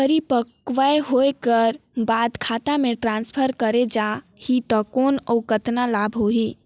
परिपक्व होय कर बाद खाता मे ट्रांसफर करे जा ही कौन और कतना लाभ होही?